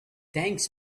thanks